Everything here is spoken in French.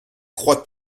croient